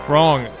Wrong